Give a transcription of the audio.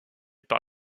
par